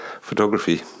photography